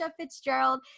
Fitzgerald